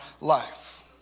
life